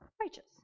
righteous